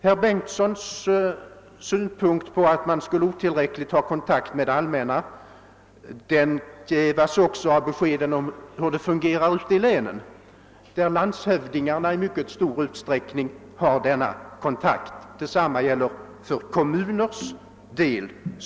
Herr Bengtssons synpunkt att man skulle ha otillräcklig kontakt med det allmänna jävas också av hur det hela fungerar ute i länen, där landshövdingarna i mycket stor utsträckning har kontakt med affärsbankernas verksamhet. Motsvarande gäller för kommunernas del.